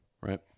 Right